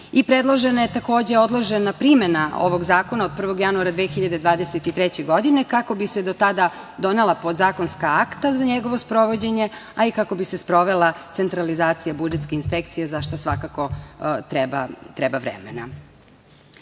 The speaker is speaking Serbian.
Predložena je, takođe, odložena primena ovog zakona od 1. januara 2023. godine, kako bi se do tada donela podzakonska akta za njegovo sprovođenje, a i kako bi se sprovela centralizacija budžetske inspekcije, za šta svakako treba vremena. Sledeći